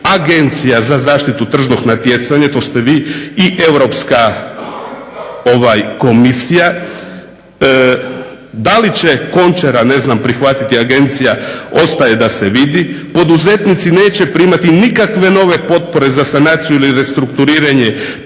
Agencija za zaštitu tržišnog natjecanja, to ste vi, i Europska komisija. Da li će Končara prihvatiti Agencija ostaje da se vidi. Poduzetnici neće primati nikakve nove potpore za sanaciju ili restrukturiranje